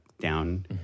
down